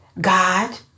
God